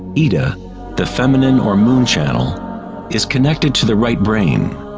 ida the feminine or moon channel is connected to the right brain